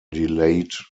delayed